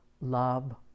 Love